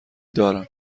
دارم